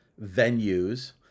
venues